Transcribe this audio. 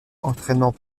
entraînant